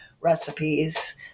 recipes